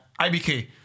IBK